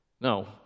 No